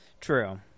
True